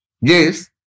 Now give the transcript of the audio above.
Yes